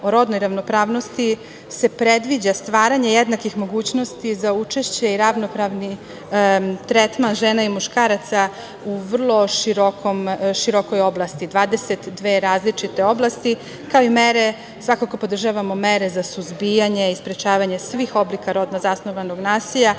o rodnoj ravnopravnosti predviđa stvaranje jednakih mogućnosti za učešće i ravnopravni tretman žena i muškaraca u vrlo širokoj oblasti – 22 različite oblasti, kao i mere za suzbijanje i sprečavanje svih oblika rodno zasnovanog nasilja,